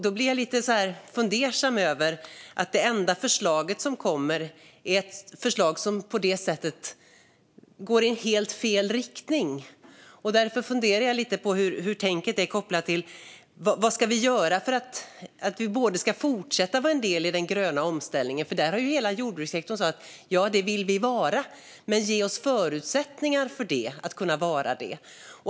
Då blir jag lite fundersam över att det enda förslag som kommer är ett förslag som i det avseendet går i helt fel riktning. Jag undrar hur tänket är kopplat till vad vi ska göra för att fortsätta vara en del i den gröna omställningen. Hela jordbrukssektorn har ju sagt: Det vill vi vara, men ge oss förutsättningar för att kunna vara det!